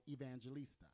Evangelista